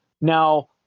Now